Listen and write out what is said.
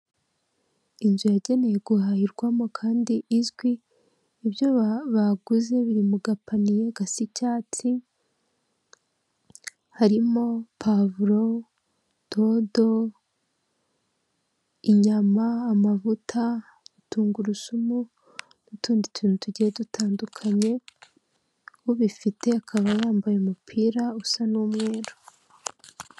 Inzu yagenewe guhahirwamo kandi izwi ibyo baguze biri mu gapaniye gasi icyatsi harimo pavuro, dodo, inyama, amavuta tungurusumu n'utundi tuntu tugiye dutandukanye ubifite akaba yambaye umupira usa n'umweru.